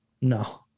No